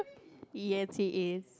ya three As